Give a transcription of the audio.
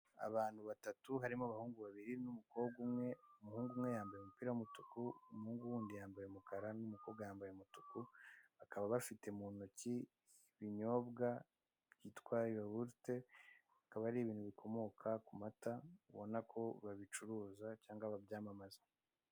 Abantu batatu harimo abahungu babiri n'umukobwa umwe, umuhungu umwe yambaye umupira w'umutuku, umuhungu wundi yambaye umukara, n'umukobwa yambaye umutuku, bakaba bafite mu ntoki ibinyobwa byitwa yawurute, bikaba ari ibintu bikomoka ku mata, ubona ko babicuruza cyangwa ba byamamaza.